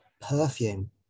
perfume